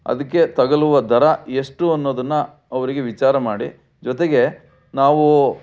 ಅದಕ್ಕೆ ತಗಲುವ ದರ ಎಷ್ಟು ಅನ್ನೋದನ್ನು ಅವರಿಗೆ ವಿಚಾರ ಮಾಡಿ ಜೊತೆಗೆ ನಾವು